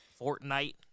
Fortnite